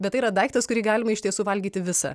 bet tai yra daiktas kurį galima ištiesų valyti visą